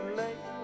late